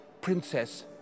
Princess